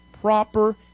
proper